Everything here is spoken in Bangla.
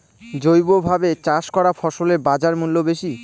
জৈবভাবে চাষ করা ফসলের বাজারমূল্য বেশি